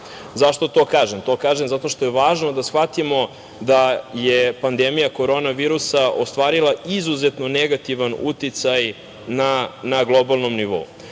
Zašto to kažem? To kažem zato što je važno da shvatimo da je pandemija korona virusa ostvarila izuzetno negativan uticaj na globalnom nivou. To